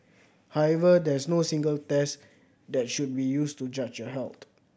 however there is no single test that should be used to judge your health